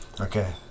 Okay